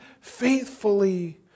faithfully